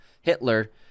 Hitler